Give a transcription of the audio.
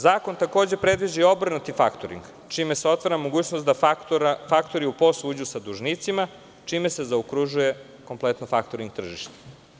Zakon takođe predviđa i obrnuti faktoring, čime se otvara mogućnost da faktori u posao uđu sa dužnicima, čime se zaokružuje kompletno faktoring tržište.